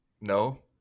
No